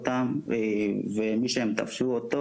לחזור לעבודה.